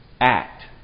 act